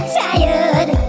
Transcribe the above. tired